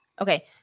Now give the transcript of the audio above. Okay